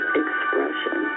expression